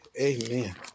Amen